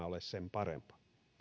ole sen parempaa